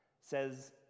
says